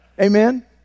Amen